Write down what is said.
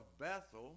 Bethel